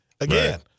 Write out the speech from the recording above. again